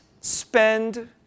spend